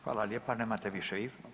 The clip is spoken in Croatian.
Hvala lijepa, nemate više.